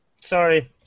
Sorry